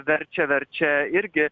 verčia verčia irgi